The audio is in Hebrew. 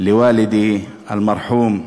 (נושא דברים בשפה הערבית,